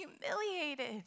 humiliated